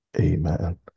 Amen